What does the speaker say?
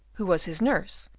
who was his nurse,